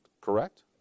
correct